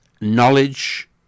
knowledge